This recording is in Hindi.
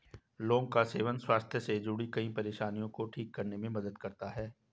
लौंग का सेवन स्वास्थ्य से जुड़ीं कई परेशानियों को ठीक करने में मदद करता है